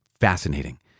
fascinating